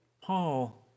Paul